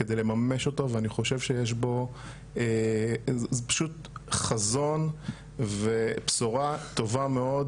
על מנת לממש אותו ואני חושב שיש בו פשוט חזון ובשורה טובה מאוד